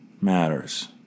matters